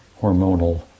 hormonal